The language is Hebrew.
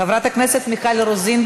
חברת הכנסת מיכל רוזין,